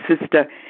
sister